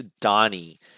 donnie